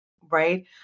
right